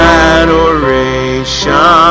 adoration